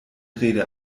rede